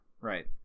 right